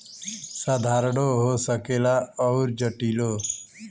साधारणो हो सकेला अउर जटिलो